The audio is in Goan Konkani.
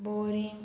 बोरी